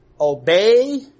obey